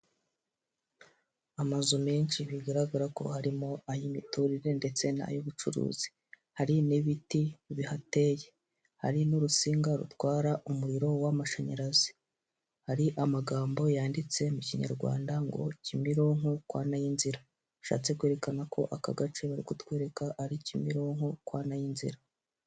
Amazu menshi bigaragara ko harimo ay'imiturire ndetse n'ay'ubucuruzi, hari n'ibiti bihateye, hari n'urutsinga rutwara umuriro w'amashanyarazi, hari amagambo yanditse mu kinyarwanda ngo Kimironko kwanayinzira bishatse kwerekana ko aka gace bari kutwereka ari Kimironko kwanayinzira.